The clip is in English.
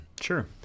sure